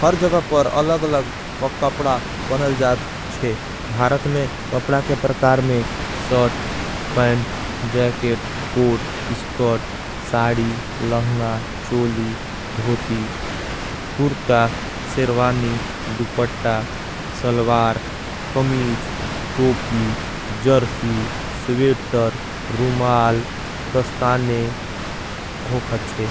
हर जगपर अलग अलग पक कपड़ा पनल जात छे। भारत में कपड़ा के परकार में शौर्ट, पैंट, जैकेट, कोट, इसकोट, साडी, लहंगा, चोली, धोती, कुर्ता, सेर्वानी, दुपटा, सलवार, कमीज, तोपी, जर्सी, स्वेटर, रुमाल, दस्ताने हो खत छे।